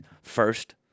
first